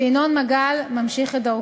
ואני מבקש לאשר אותה.